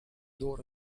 door